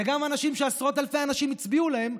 וגם אנשים שעשרות אלפי אנשים הצביעו עבורם,